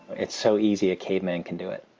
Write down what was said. it's so easy a caveman can do it.